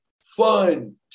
fun